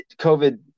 COVID